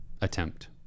attempt